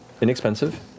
inexpensive